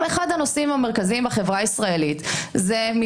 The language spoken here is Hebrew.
אחד הנושאים המרכזיים בחברה הישראלית זה גם